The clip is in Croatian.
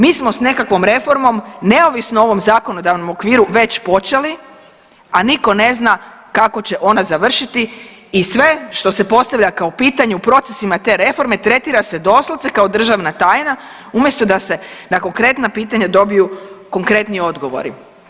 Mi smo s nekakvom reformom neovisno o ovom zakonodavnom okviru već počeli, a niko ne zna kako će ona završiti i sve što se postavlja kao pitanje u procesima te reforme tretira se doslovce kao državna tajna umjesto da se na konkretna pitanja dobiju konkretni odgovori.